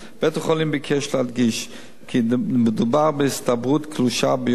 בית-החולים ביקש להדגיש כי מדובר בהסתברות קלושה ביותר